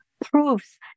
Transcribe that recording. proofs